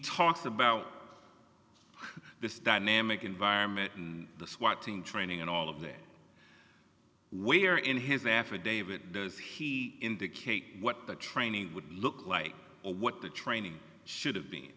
talks about this dynamic environment the swat team training and all of their where in his affidavit does he indicate what the training would look like or what the training should have been